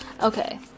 Okay